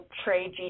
trade